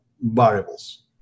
variables